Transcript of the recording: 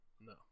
No